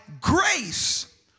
grace